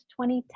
2010